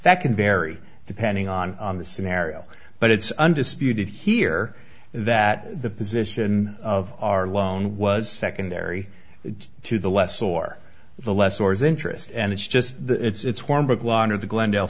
that can vary depending on the scenario but it's undisputed here that the position of our loan was secondary to the less or less or is interest and it's just that it's warm brooklyn or the glendale